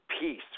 peace